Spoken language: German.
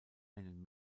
einen